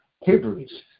Hebrews